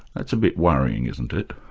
that's a bit worrying, isn't it?